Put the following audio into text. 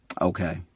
Okay